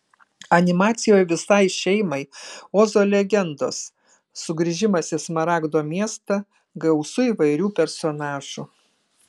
animacijoje visai šeimai ozo legendos sugrįžimas į smaragdo miestą gausu įvairių personažų